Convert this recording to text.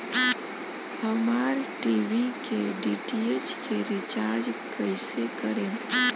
हमार टी.वी के डी.टी.एच के रीचार्ज कईसे करेम?